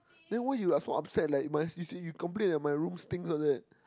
then why you like so upset like you you complain my room stinks like that